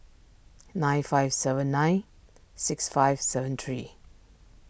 nine five seven nine six five seven three